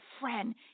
friend